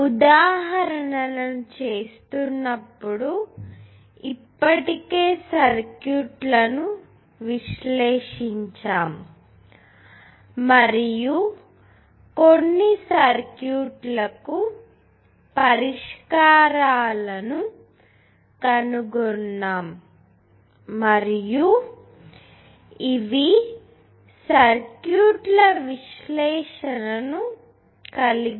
ఉదాహరణలను చేస్తున్నప్పుడు ఇప్పటికే సర్క్యూట్లను విశ్లేషించాము మరియు కొన్ని సర్క్యూట్లకు పరిష్కారాలను కనుగొన్నాము మరియు ఇవి సర్క్యూట్ల విశ్లేషణను కలిగి ఉంటాయి